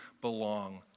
belong